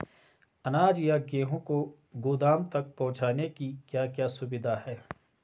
अनाज या गेहूँ को गोदाम तक पहुंचाने की क्या क्या सुविधा है?